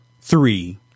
three